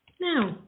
now